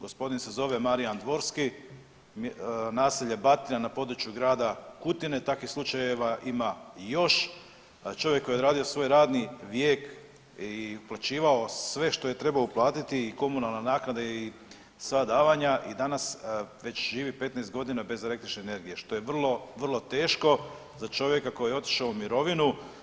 Gospodin se zove Marijan Dvorski, naselje Batina na području grada Kutine, takvih slučajeva ima još, da čovjek koji je odradio svoj radni vijek i uplaćivao sve što je trebao uplatiti i komunalne naknade i sva davanja i danas već živi 15.g. bez električne energije što je vrlo, vrlo teško za čovjeka koji je otišao u mirovinu.